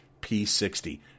P60